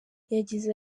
yagize